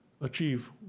achieve